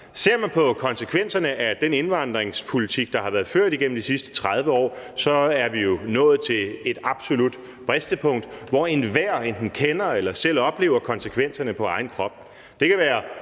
Ser man på konsekvenserne af den indvandringspolitik, der har været ført igennem de sidste 30 år, så er vi jo nået til et absolut bristepunkt, hvor enhver enten selv har oplevet konsekvenserne på egen krop